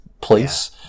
place